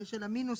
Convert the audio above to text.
של המינוס